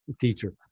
teacher